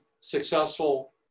successful